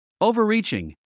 overreaching